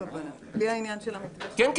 כן.